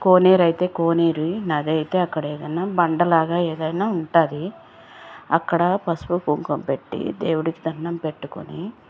కోనేరు అయితే కోనేరే నదైతే అక్కడ ఏదైనా బండలాగా ఏదైనా ఉంటుంది అక్కడ పసుపు కుంకుమ పెట్టి దేవుడికి దండం పెట్టుకుని